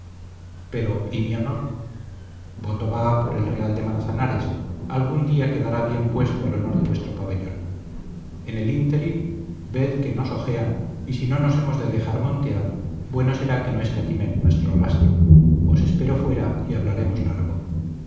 pero y mi honor voto va por el real de manzanares algún día quedará bien puesto el honor de vuestro pabellón en el ínterin